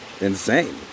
insane